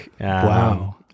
wow